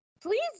Please